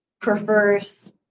prefers